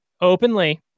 openly